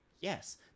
yes